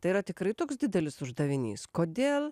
tai yra tikrai toks didelis uždavinys kodėl